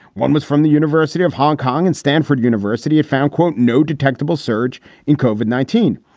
one was from the university of hong kong and stanford university. it found, quote, no detectable surge in koven nineteen.